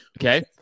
Okay